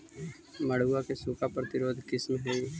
मड़ुआ के सूखा प्रतिरोधी किस्म हई?